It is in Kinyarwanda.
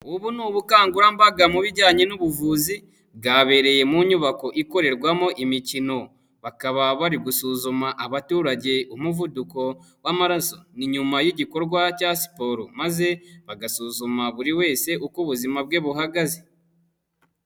Ubu ni ubukangurambaga mu bijyanye n'ubuvuzi bwabereye mu nyubako ikorerwamo imikino, bakaba bari gusuzuma abaturage umuvuduko w'amaso ni nyuma y'igikorwa cya siporo maze bagasuzuma buri wese uko ubuzima bwe buhagaze.